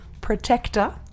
protector